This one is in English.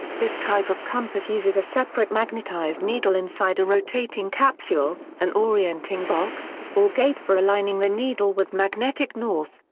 this type of compass uses a separate magnetized needle inside a rotating capsule, an orienting box or gate for aligning the needle with magnetic north,